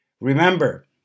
Remember